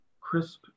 crisp